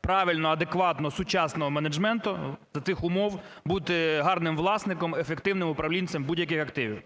правильного, адекватного, сучасного менеджменту за тих умов бути гарним власником, ефективним управлінцем будь-яких активів.